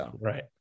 Right